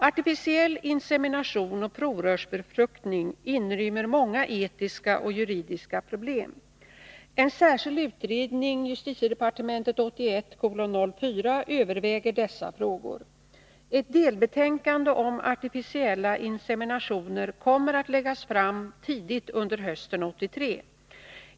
Artificiell insemination och provrörsbefruktning inrymmer många etiska och juridiska problem. En särskild utredning överväger dessa frågor. Ett delbetänkande om artificiella inseminationer kommer att läggas fram tidigt under hösten 1983.